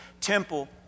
temple